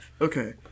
Okay